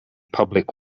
public